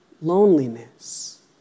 loneliness